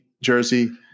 jersey